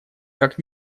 как